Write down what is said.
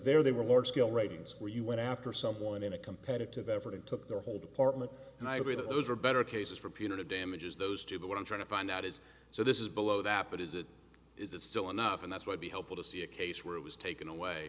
there they were large scale ratings where you went after someone in a competitive effort it took their whole department and i agree that those are better cases for punitive damages those too but what i'm trying to find out is so this is below that but is it is it still enough and that's why be helpful to see a case where it was taken away